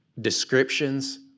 descriptions